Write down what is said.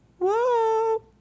Whoa